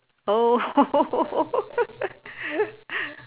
oh